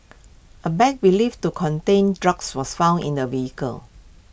A bag believed to contain drugs was found in the vehicle